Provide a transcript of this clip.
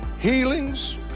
healings